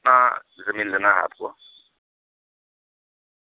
ہاں زمین لینا ہے آپ کو